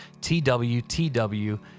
twtw